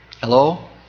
Hello